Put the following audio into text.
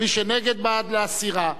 מי שנגד, בעד להסירה.